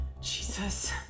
Jesus